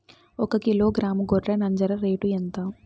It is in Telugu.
ఒకకిలో గ్రాము గొర్రె నంజర రేటు ఎంత?